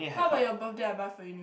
how about your birthday I buy for you new